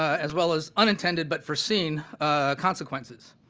as well as unintended but foreseen consequences.